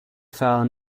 found